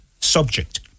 subject